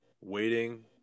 waiting